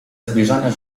zbliżania